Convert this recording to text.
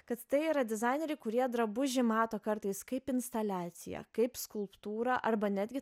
kad tai yra dizaineriai kurie drabužį mato kartais kaip instaliaciją kaip skulptūrą arba netgi